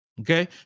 Okay